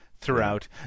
throughout